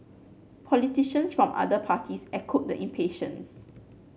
politicians from other parties echoed the impatience